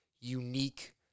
unique